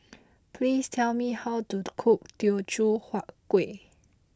please tell me how to cook Teochew Huat Kueh